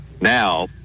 now